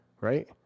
right